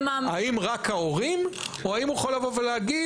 האם רק ההורים או האם הוא יכול לבוא ולהגיד?